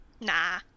Nah